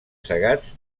segats